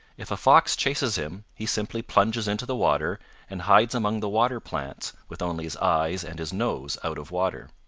if a fox chases him he simply plunges into the water and hides among the water plants with only his eyes and his nose out of water.